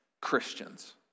Christians